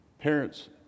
parent's